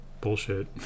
bullshit